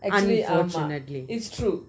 unfortunately